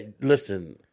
Listen